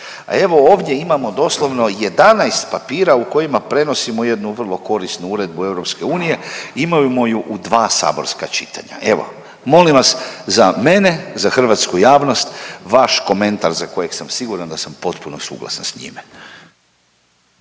a evo ovdje imamo doslovno 11 papira u kojima prenosimo jedu vrlo korisnu uredbu EU imamo ju u dva saborska čitanja. Evo molim vas za mene, za hrvatsku javnost vaš komentar za kojeg sam siguran da sam potpuno suglasan s njime.